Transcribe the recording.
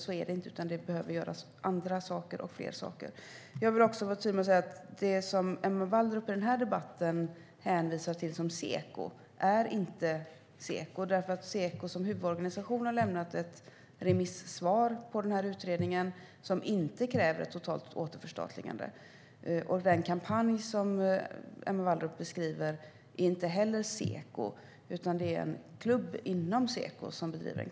Så är det inte, utan det behöver göras andra saker och fler saker. Jag vill också vara tydlig med att säga att det som Emma Wallrup i den här debatten hänvisar till som Seko är inte Seko. Seko som huvudorganisation har nämligen lämnat ett remissvar på den här utredningen som inte kräver ett totalt återförstatligande. Den kampanj som Emma Wallrup beskriver är inte heller från Seko, utan det är en klubb inom Seko som bedriver den.